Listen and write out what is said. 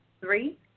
Three